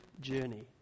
journey